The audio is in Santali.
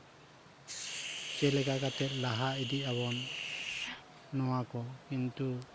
ᱪᱮᱫᱞᱮᱠᱟ ᱠᱟᱛᱮ ᱞᱟᱦᱟ ᱤᱫᱤᱜᱼᱟᱵᱚᱱ ᱱᱚᱣᱟ ᱠᱚ ᱠᱤᱱᱛᱩ